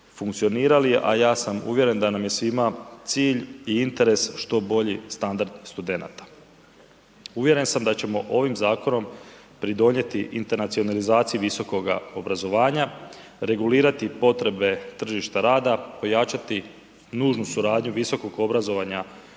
funkcionirali, a ja sam uvjeren da nam je svima cilj i interes što bolji standard studenata. Uvjeren sam da ćemo ovim zakonom pridonijeti internacionalizaciji visokoga obrazovanja, regulirati potrebe tržišta rada, ojačati nužnu suradnju visokog obrazovanja